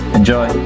enjoy